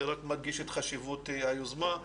זה רק מדגיש את החשיבות של היוזמה.